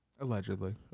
Allegedly